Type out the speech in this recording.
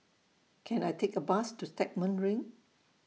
Can I Take A Bus to Stagmont Ring